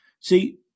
See